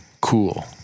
cool